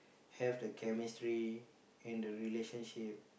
have the chemistry in the relationship